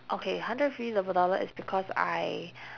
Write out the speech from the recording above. okay hundred and fifty d~ dollar is because I